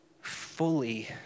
fully